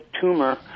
tumor